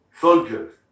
soldiers